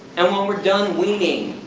and when we're done weaning,